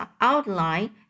outline